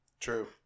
True